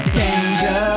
danger